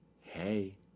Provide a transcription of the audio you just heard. hey